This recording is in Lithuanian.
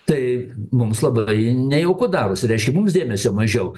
tai mums labai nejauku darosi reiškia mums dėmesio mažiau